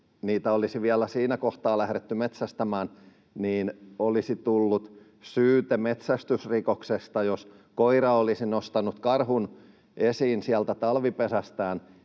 niitä olisi vielä siinä kohtaa lähdetty metsästämään, silloin olisi tullut syyte metsästysrikoksesta, jos koira olisi nostanut karhun esiin talvipesästään.